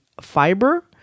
fiber